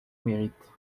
mérite